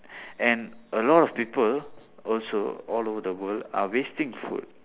and a lot of people also all over the world are wasting food